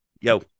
Yo